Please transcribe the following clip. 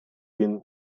він